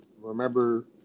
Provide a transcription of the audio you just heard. remember